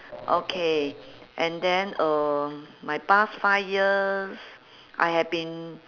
okay and then um my past five years I have been